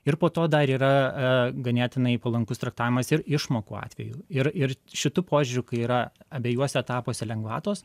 ir po to dar yra ganėtinai palankus traktavimas ir išmokų atveju ir ir šitu požiūriu kai yra abiejuose etapuose lengvatos